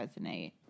resonate